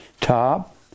top